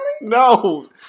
No